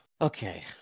Okay